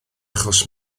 achos